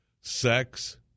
Sex